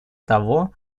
того